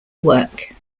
work